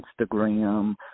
Instagram